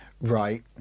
Right